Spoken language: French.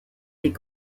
les